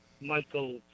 Michael